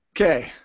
Okay